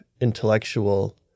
intellectual